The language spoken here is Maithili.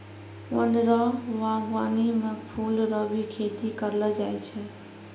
वन रो वागबानी मे फूल रो भी खेती करलो जाय छै